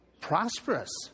prosperous